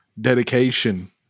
Dedication